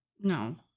No